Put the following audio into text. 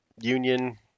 union